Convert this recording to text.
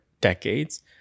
decades